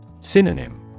Synonym